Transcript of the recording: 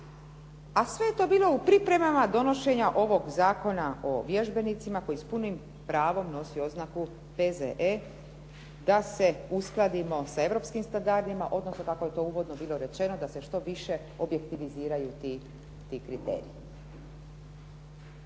A sve je to bilo u pripremama donošenja ovog Zakona o vježbenicima koji s punim pravom nosi oznaku P.Z.E. da se uskladimo sa europskim standardima, odnosno kako je to uvodno bilo rečeno da se što više objektiviziraju ti kriteriji.